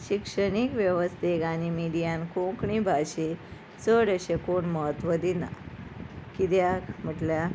शिक्षणीक वेवस्थेक आनी मिडियान कोंकणी भाशे चड अशे कोण म्हत्व दिना किद्याक म्हटल्या